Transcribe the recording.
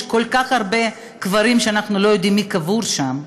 יש כל כך הרבה קברים שאנחנו לא יודעים מי קבור בהם.